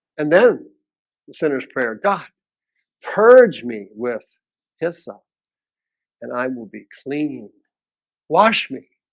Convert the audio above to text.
and then the sinner's prayer god purge me with hyssop and i will be clean wash me